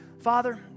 Father